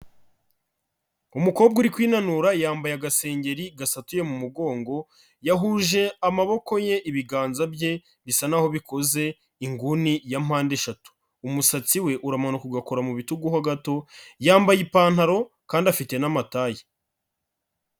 Umukobwa uri kwinanura yambaye agasengeri gasatuye mu mugongo, yahuje amaboko ye ibiganza bye bisa naho bikoze inguni ya mpande eshatu, umusatsi we uramanuka ugakora mu bitugu ho gato, yambaye ipantaro kandi afite n'amataye.